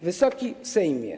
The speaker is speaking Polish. Wysoki Sejmie!